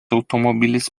automobilis